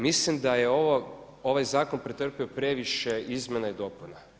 Mislim da je ovaj zakon pretrpio previše izmjena i dopuna.